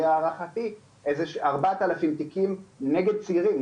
להערכתי משהו כמו 4,000 תיקים נגד צעירים,